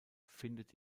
findet